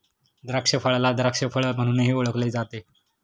द्राक्षफळाला द्राक्ष फळ म्हणूनही ओळखले जाते